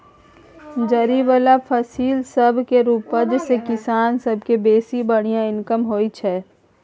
जरि बला फसिल सब केर उपज सँ किसान सब केँ बेसी बढ़िया इनकम होइ छै